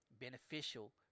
beneficial